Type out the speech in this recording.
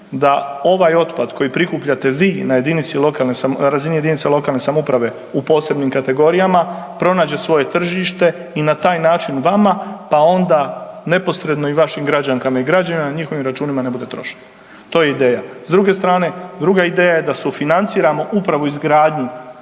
da ovaj otpad koji prikupljate vi na jedinici lokalne, na razini lokalne samouprave u posebnim kategorijama pronađe svoje tržište i na taj način vama, pa onda neposredno i vašim građankama i građanima na njihovim računima ne bude trošak. To je ideja. S druge strane druga ideja je da sufinanciramo upravo izgradnju